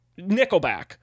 nickelback